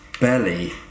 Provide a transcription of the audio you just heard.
belly